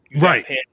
Right